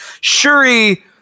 Shuri